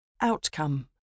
Outcome